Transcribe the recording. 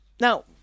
Now